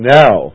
now